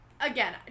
again